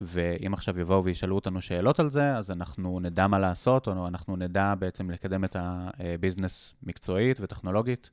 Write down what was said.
ואם עכשיו יבואו וישאלו אותנו שאלות על זה, אז אנחנו נדע מה לעשות, או אנחנו נדע בעצם לקדם את הביזנס מקצועית וטכנולוגית.